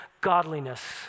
godliness